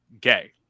gay